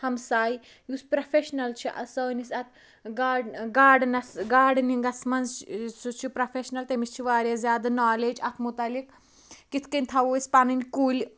ہَمساے یُس پروفیشنَل چھُ سٲنِس اتھ گاڑ گاڑنَس گاڈنِنٛگَس مَنٛز سُہ چھُ پروفیشنَل تٔمِس چھِ واریاہ زیادٕ نالیج اتھ مُتعلِق کِتھ کٔنۍ تھاوو أسۍ پَنٕنۍ کُلۍ